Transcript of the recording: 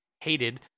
hated